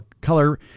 color